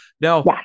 Now